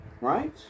Right